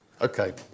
Okay